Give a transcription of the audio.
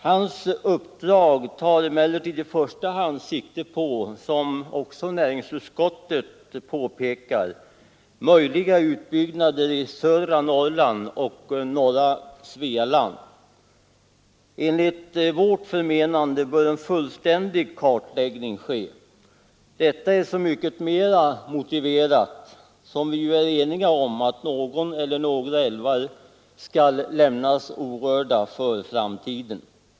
Hans uppdrag tar emellertid i första hand sikte på — såsom näringsutskottet också påpekar — möjliga utbyggnader i södra Norrland och norra Svealand. Enligt vårt förmenande bör en fullständig kartläggning göras. Detta är så mycket mera motiverat som vi är eniga om att någon eller några älvar skall lämnas orörda för framtiden.